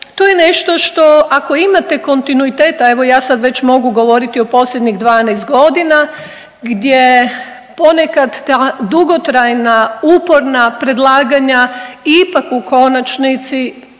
To je nešto što ako imate kontinuitet, a evo ja sad već mogu govoriti o posljednjih 12 godina gdje ponekad ta dugotrajna uporna predlaganja ipak u konačnici